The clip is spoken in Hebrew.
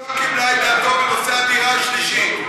לא כדאי לעתור בנושא הדירה השלישית.